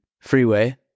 freeway